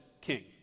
king